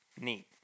Neat